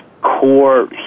core